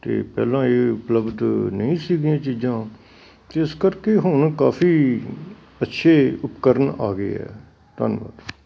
ਅਤੇ ਪਹਿਲਾਂ ਇਹ ਉਪਲਬਧ ਨਹੀਂ ਸੀਗੀਆਂ ਚੀਜ਼ਾਂ ਅਤੇ ਇਸ ਕਰਕੇ ਹੁਣ ਕਾਫ਼ੀ ਅੱਛੇ ਉਪਕਰਨ ਆ ਗਏ ਆ ਧੰਨਵਾਦ